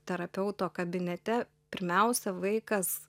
terapeuto kabinete pirmiausia vaikas